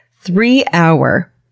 three-hour